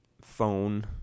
phone